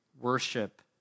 worship